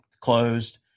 closed